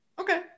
Okay